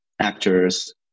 actors